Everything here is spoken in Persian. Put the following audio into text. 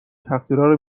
تقصیرارو